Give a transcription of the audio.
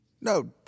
No